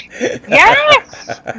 Yes